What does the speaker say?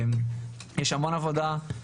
יש המון עבודה,